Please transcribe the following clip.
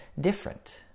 different